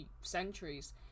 centuries